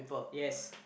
yes